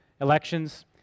elections